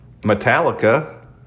Metallica